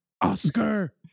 Oscar